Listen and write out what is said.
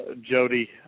Jody